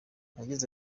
yagize